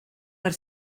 per